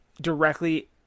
directly